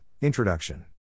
Introduction